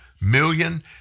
million